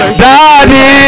daddy